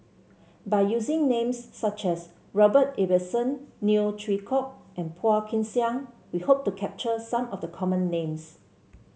by using names such as Robert Ibbetson Neo Chwee Kok and Phua Kin Siang we hope to capture some of the common names